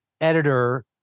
editor